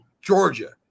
Georgia –